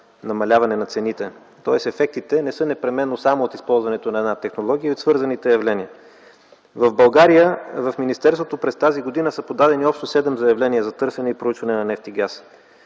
намаляване на цените. Тоест ефектите не са непременно само от използването на една технология и от свързаните явления. В България в министерството през тази година са подадени общо седем заявления за търсене и проучване на нефт и газ.